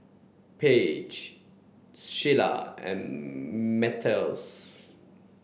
Paige Shelia and Mathias